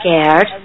scared